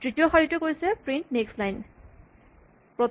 তৃতীয় শাৰীটোৱে কৈছে 'প্ৰিন্ট"নেক্সট লাইন" "